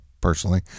personally